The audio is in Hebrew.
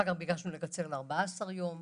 אחר כך ביקשנו לקצר ל-14 יום,